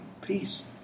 peace